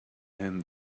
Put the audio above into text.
him